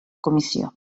comissió